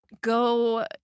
go